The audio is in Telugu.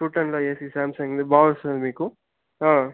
టూ టెన్లో ఏసీ శామ్సంగ్ది బాగా వస్తుంది మీకు